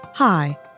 Hi